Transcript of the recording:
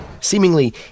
seemingly